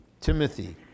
Timothy